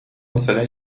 حوصلش